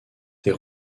des